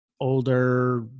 older